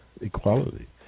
Equality